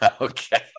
okay